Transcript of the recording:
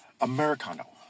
Americano